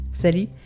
Salut